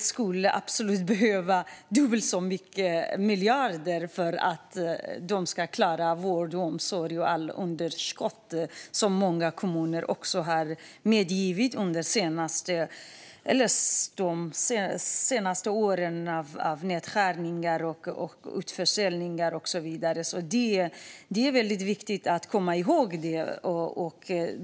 skulle därför behöva dubbelt så många miljarder för att klara vård, omsorg och det underskott som många kommuner har medgivit under de senaste årens nedskärningar, utförsäljningar och så vidare. Det är viktigt att komma ihåg det.